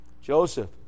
Joseph